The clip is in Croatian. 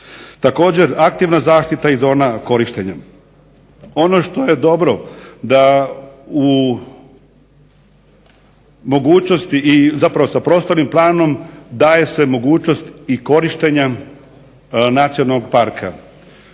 Također aktivna zaštita i zona korištenja. Ono što je dobro da u mogućnosti i zapravo sa prostornim planom daje se mogućnost i korištenja nacionalnog parka.